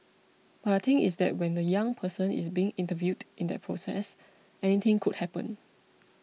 but the thing is that when the young person is being interviewed in that process anything could happen